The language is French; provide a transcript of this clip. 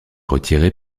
retiré